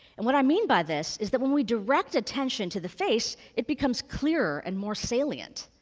and what i mean by this is that when we direct attention to the face, it becomes clearer and more salient,